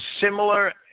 similar